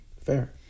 Fair